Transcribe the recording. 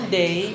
day